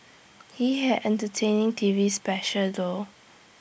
he had entertaining T V special though